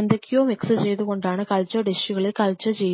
എന്തൊക്കെയോ മിക്സ് ചെയ്തു കൊണ്ടാണ് കൾച്ചർ ഡിഷുകളിൽ കൾച്ചർ ചെയ്യുന്നത്